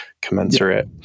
commensurate